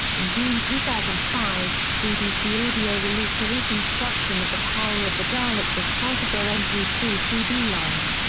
in june two thousand and five, bbc audio released a reconstruction of the power of the daleks as part of their m p three cd line.